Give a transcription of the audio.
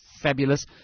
fabulous